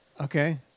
okay